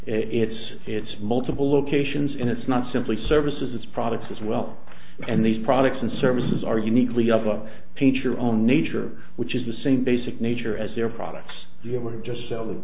it's its multiple locations and it's not simply services it's products as well and these products and services are uniquely up a teacher own nature which is the same basic nature as their products you were just selling